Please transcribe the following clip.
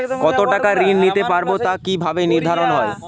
কতো টাকা ঋণ নিতে পারবো তা কি ভাবে নির্ধারণ হয়?